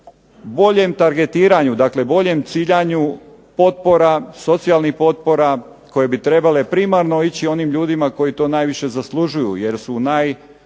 boljem targetiranju, dakle boljem ciljanju potpora, socijalnih potpora koje bi trebale primarno ići onim ljudima koji to najviše zaslužuju jer su u najlošijem